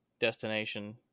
destination